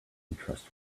untrustworthy